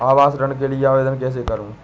आवास ऋण के लिए आवेदन कैसे करुँ?